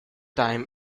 time